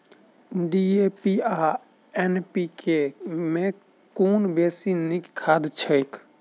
DAP आ NPK मे कुन बेसी नीक खाद छैक?